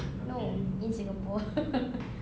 no in singapore